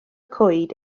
coed